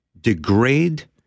degrade